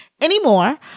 anymore